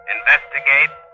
Investigate